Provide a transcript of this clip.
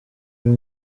uyu